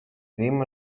ddim